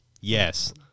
Yes